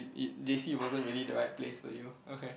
you J_C it wasn't really the right place for you okay